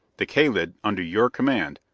the kalid, under your command,